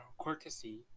courtesy